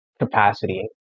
capacity